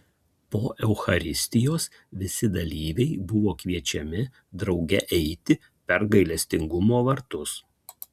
po eucharistijos visi dalyviai buvo kviečiami drauge eiti per gailestingumo vartus